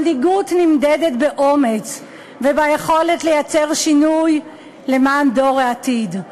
מנהיגות נמדדת באומץ וביכולת לייצר שינוי למען דור העתיד.